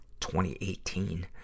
2018